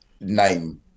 name